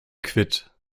quitt